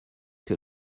que